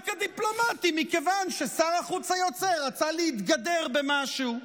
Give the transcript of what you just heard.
רק הדיפלומטים מכיוון ששר החוץ היוצא רצה להתגדר במשהו.